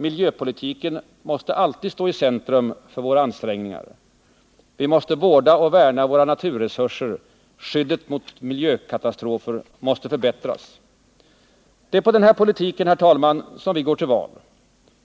Miljöpolitiken måste alltid stå i centrum för våra ansträngningar. Vi måste vårda och värna våra naturresurser. Skyddet mot miljökatastrofer måste förbättras. Herr talman! Det är på denna politik vi går till val. Vi gör det